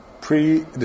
pre